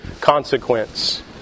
consequence